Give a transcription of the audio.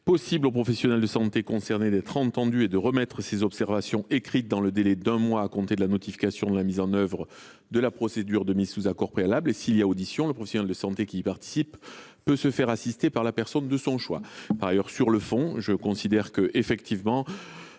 puisque le professionnel de santé concerné pourra toujours être entendu et remettre ses observations écrites dans le délai d’un mois à compter de la notification de la mise en œuvre de la procédure de mise sous accord préalable. Si une audition a lieu, le professionnel de santé qui y participe peut être assisté par la personne de son choix. Par ailleurs, sur le fond, je considère qu’un médecin